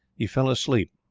he fell asleep.